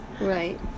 Right